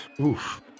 Oof